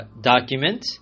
document